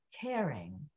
caring